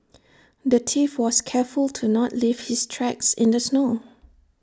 the thief was careful to not leave his tracks in the snow